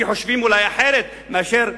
שאולי חושבים אחרת מאשר אתם,